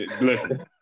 listen